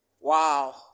Wow